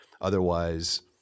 otherwise